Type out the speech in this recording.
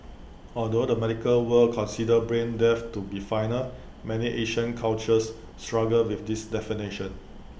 although the medical world considers brain death to be final many Asian cultures struggle with this definition